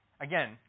again